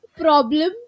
problem